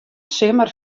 simmer